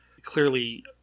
Clearly